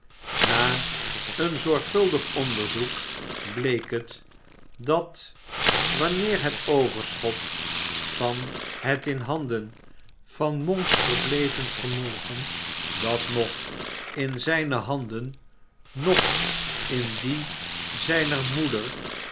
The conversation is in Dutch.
na een zorgvuldig onderzoek bleek het dat wanneer het overschot van het in handen van monks verbleven vermogen dat noch in zijne handen noch in die zijner moeder